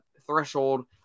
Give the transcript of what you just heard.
threshold